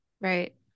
Right